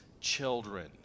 children